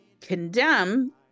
condemn